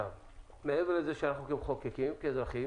מעבר לכך שאנחנו מחוקקים, אנחנו כאזרחים